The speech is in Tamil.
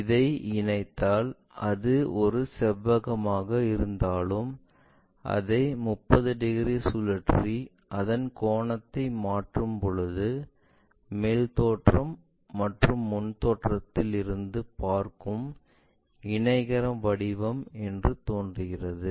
இதை இணைந்தால் அது ஒரு செவ்வகமாக இருந்தாலும் அதை 30 டிகிரி சுழற்றி அதன் கோணத்தை மாற்றும்போது மேல் தோற்றம் மற்றும் முன் தோற்றம் இல் இருந்து பார்க்கும்போது இணைகரம் வடிவம் என்று தோன்றுகிறது